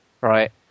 right